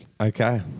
Okay